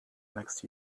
next